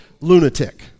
lunatic